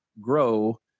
grow